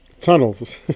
Tunnels